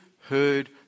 heard